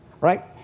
right